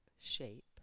shape